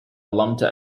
lambda